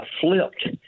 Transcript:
flipped